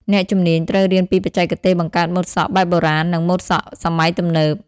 អ្នកជំនាញត្រូវរៀនពីបច្ចេកទេសបង្កើតម៉ូដសក់បែបបុរាណ និងម៉ូដសក់សម័យទំនើប។